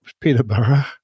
Peterborough